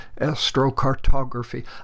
astrocartography